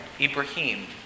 Ibrahim